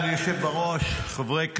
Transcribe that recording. אדוני היושב בראש, חברי הכנסת,